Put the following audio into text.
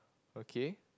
okay